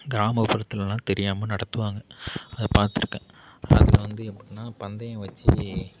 கிராமப்புறத்திலலாம் தெரியாமல் நடத்துவாங்க அதை பார்த்துருக்கேன் அதில் வந்து எப்படின்னா பந்தயம் வச்சு